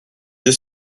deux